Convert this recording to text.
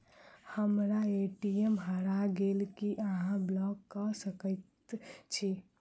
हम्मर ए.टी.एम हरा गेल की अहाँ ब्लॉक कऽ सकैत छी?